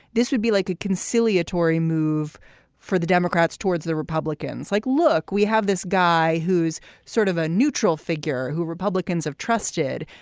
this would be like a conciliatory move for the democrats towards the republicans. like, look, we have this guy who's sort of a neutral figure who republicans have trusted,